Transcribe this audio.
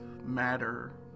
matter